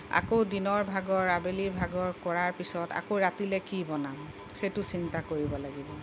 আকৌ দিনৰ ভাগত আবেলিৰ ভাগৰ পৰা কৰাৰ পিছত আকৌ ৰাতিলৈ কি বনাম সেইটো চিন্তা কৰিব লাগিব